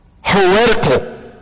heretical